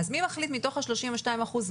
מי מחליט מתוך ה-32 אחוזים,